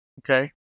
Okay